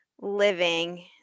living